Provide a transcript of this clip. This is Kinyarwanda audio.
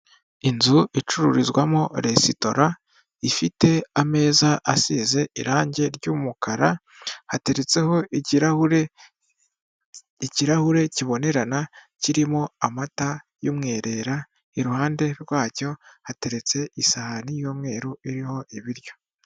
Inzu icururizwamo resitora ifite ameza asize irange ry'umukara hateretseho ikirahure, ikirahure kibonerana kirimo amata y'umwerera, iruhande rwacyo hateretse isahani y'umweru iriho ibiryo.